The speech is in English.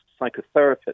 psychotherapist